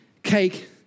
Cake